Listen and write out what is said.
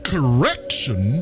Correction